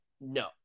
No